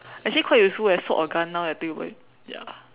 actually quite useful eh sword or gun now I think about it ya